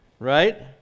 Right